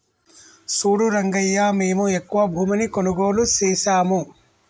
సూడు రంగయ్యా మేము ఎక్కువ భూమిని కొనుగోలు సేసాము